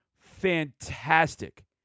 fantastic